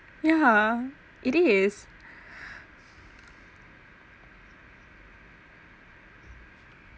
yeah it is